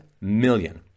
million